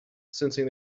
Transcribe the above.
sensing